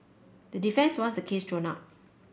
the defence wants the case thrown out